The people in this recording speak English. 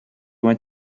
went